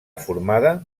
formada